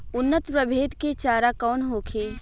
उन्नत प्रभेद के चारा कौन होखे?